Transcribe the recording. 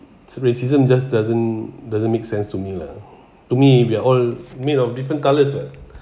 racism just doesn't doesn't make sense to me lah to me we are all made of different colours [what]